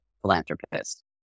philanthropist